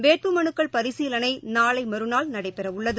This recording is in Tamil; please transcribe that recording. வேட்புமனுக்கள் பரிசீலனைநாளைமறுநாள் நடைபெறவுள்ளது